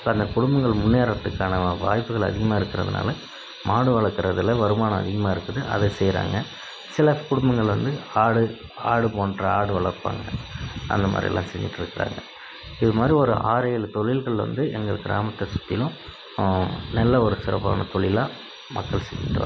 இப்போ அந்த குடும்பங்கள் முன்னேறவதுக்கான வாய்ப்புகள் அதிகமாக இருக்கிறதுனால மாடு வளர்க்குறதுல வருமானம் அதிகமாக இருக்குது அதை செய்கிறாங்க சில குடும்பங்களில் வந்து ஆடு ஆடு போன்ற ஆடு வளர்ப்பாங்க அந்த மாதிரி எல்லாம் செஞ்சுட்டு இருக்காங்க இது மாதிரி ஒரு ஆறு ஏழு தொழில்கள் வந்து எங்கள் கிராமத்தை சுற்றிலும் நல்ல ஒரு சிறப்பான தொழிலாக மக்கள் செஞ்சுகிட்டு வராங்க